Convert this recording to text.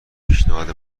پیشنهاد